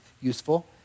useful